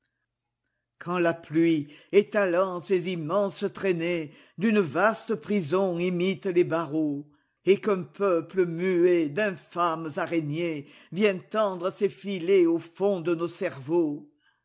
quand la pluie étalant ses immenses traînéesd'une vaste prison imite les barreaux et qu'un peuple muet d'infâmes araignéesvient tendre ses filets au fond de nos cerveaux